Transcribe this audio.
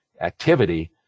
activity